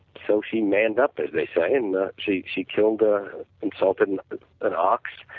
so she manned up as they say and ah she she killed ah and salted and an ox,